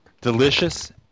Delicious